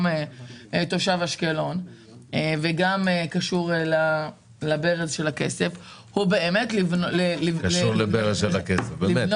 תושב אשקלון וגם קשור לברז של הכסף הם לבנות את